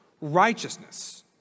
righteousness